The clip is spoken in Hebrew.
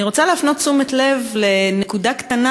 אני רוצה להפנות תשומת לב לנקודה קטנה